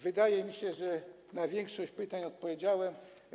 Wydaje mi się, że na większość pytań odpowiedziałem.